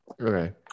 Okay